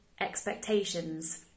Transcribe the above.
expectations